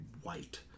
white